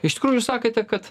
iš tikrųjų sakėte kad